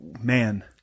Man